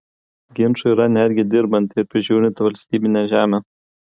ginčų yra netgi dirbant ir prižiūrint valstybinę žemę